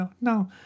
No